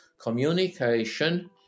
communication